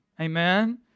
Amen